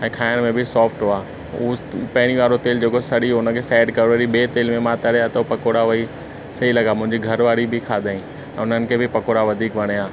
ऐं खाइण में बि सॉफ्ट हुआ पहिरीं वारो तेल जेको सड़ी वियो उनखे साइड कयो वरी ॿिए तेल में मां तरिया त पकौड़ा उहोई सही लॻा मुंहिंजी घरवारी बि खादईं उन्हनि खे बि पकौड़ा वधीक वणिया